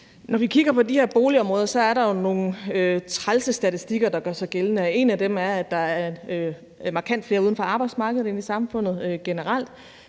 Når vi kigger på de her boligområder, er der jo nogle trælse statistikker, der gør sig gældende, og en af dem er, at der er markant flere uden for arbejdsmarkedet end i samfundet generelt.